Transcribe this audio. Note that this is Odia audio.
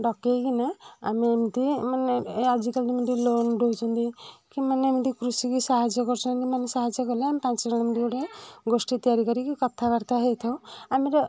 ଡକେଇକିନା ଆମେ ଏମତି ମାନେ ଏ ଆଜିକାଲି ଗୋଟେ ଲୋନ ଦଉଛନ୍ତି କି ମାନେ ଏମିତି କୃଷି କି ସାହାଯ୍ୟ କରୁଛନ୍ତି ମାନେ ସାହାଯ୍ୟ କଲେ ଆମେ ପାଞ୍ଚ ଜଣ ଗୋଟେ ଗୋଷ୍ଠୀ ତିଆରି କରିକି କଥାବାର୍ତ୍ତା ହେଇଥାଉ ଆମର